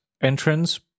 entrance